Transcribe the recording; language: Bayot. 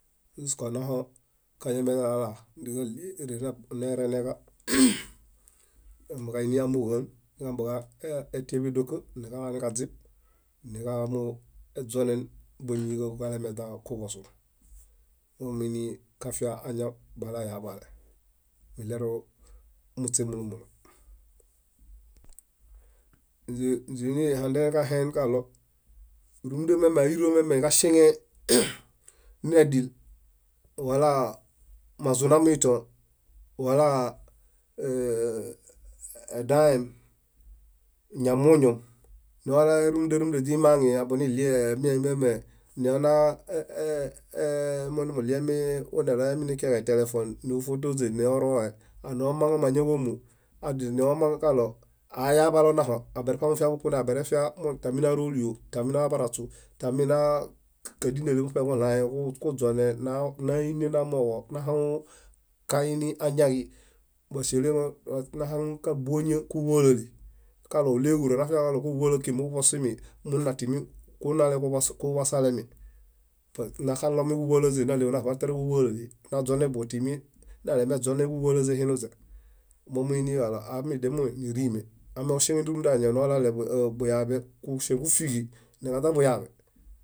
ĵuskanaho kañamelala káñameɭie érena nereneġa níġambieġaini amooġo áon níġambeġatiḃedoka, niġalaniġaźib, niġambuźonen báñiġaġoġalemeźa kuḃosu. Momiinikafia añaw balaoyaḃale; iɭerumuśe múlu múlu. Ínźe źinihandekaheen kaɭo, rúmunda miame áiro miameġaŝeŋe nedil, wala mazunamuĩto, wala áa- edãhem, ñamuoñom, noɭale rúmunda rúmunda źimaŋi, aboniɭie, miemieme noona e- ee- monumuɭiemi waneɭoyamikiaġe etelefon nóofotoźe, noorohe, noomaŋ ámañaġomu, adinoomaŋ kaɭo aayaḃale onaho, abarefia bukunale, abarefia tami náoroliyo, tami naobaraśu, tami kádinale muṗeġuɭahẽ, kuźone, náinenamooġo, nahaŋukaini añaġi báŝele ŋon nahaŋun káboña kúḃolali, kaɭo óɭeġulo nafiaġaɭo kúġuḃolakii moġuḃosemi munatimikunale kuḃos- kuḃosalemi, naxalomiġúḃolaźe náɭeġunaḃa tere kúḃolali, naźonembuġo timi nalemeźonẽġúḃolaźe hinunźe. Momuiniġaɭo ámidiamonirime. Ameŝeŋe rúmunda añaw nooɭale buyaḃe, kuŝeŋ kúfiġi.